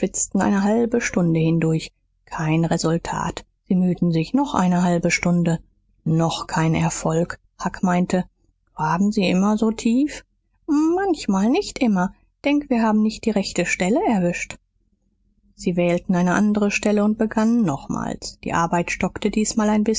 eine halbe stunde hindurch kein resultat sie mühten sich noch eine halbe stunde noch kein erfolg huck meinte graben sie immer so tief manchmal nicht immer denk wir haben nicht die rechte stelle erwischt sie wählten eine andere stelle und begannen nochmals die arbeit stockte diesmal ein